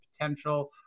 potential